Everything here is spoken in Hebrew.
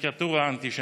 קריקטורה אנטישמית.